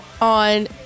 on